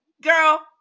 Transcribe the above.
Girl